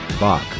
Bach